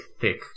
thick